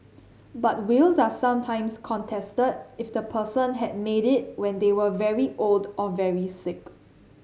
but wills are sometimes contested if the person had made it when they were very old or very sick